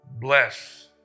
Bless